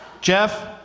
Jeff